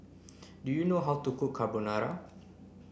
do you know how to cook Carbonara